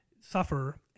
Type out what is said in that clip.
suffer